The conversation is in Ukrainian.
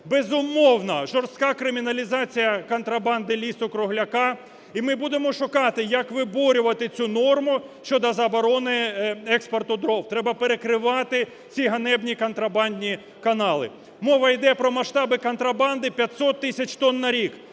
Безумовно, жорстка криміналізація контрабанди лісу-кругляка. І ми будемо шукати, як виборювати цю норму щодо заборони експорту дров. Треба перекривати ці ганебні контрабандні канали. Мова йде про масштаби контрабанди 500 тисяч тонн на рік.